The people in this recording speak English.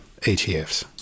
ETFs